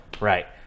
right